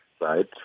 right